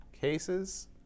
cases